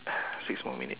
six more minute